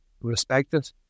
respected